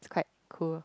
quite cool